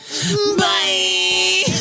bye